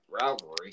rivalry